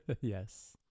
Yes